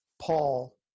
Paul